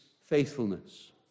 faithfulness